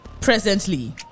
presently